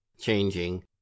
changing